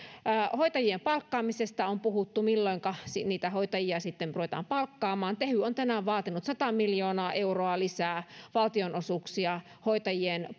hoitajien palkkaamisesta on puhuttu milloinka niitä hoitajia sitten ruvetaan palkkaamaan tehy on tänään vaatinut sata miljoonaa euroa lisää valtionosuuksia hoitajien